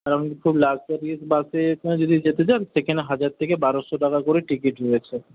খুব লাক্সারিয়াস বাসে আপনি যদি যেতে চান সেখানে হাজার থেকে বারোশো টাকা করে টিকিট রয়েছে